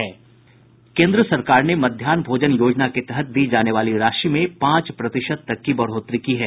केन्द्र सरकार ने मध्याहन भोजन योजना के तहत दी जाने वाली राशि में पांच प्रतिशत तक की बढ़ोत्तरी की है